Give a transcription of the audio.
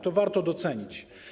To warto docenić.